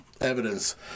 evidence